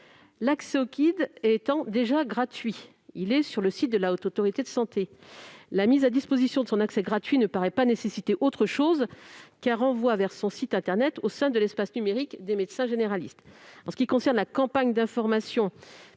L'accès au guide étant déjà gratuit- il est disponible sur le site de la Haute Autorité de santé -, cette mise à disposition ne paraît pas nécessiter autre chose qu'un renvoi vers son site internet au sein de l'espace numérique des médecins généralistes. En ce qui concerne la campagne d'information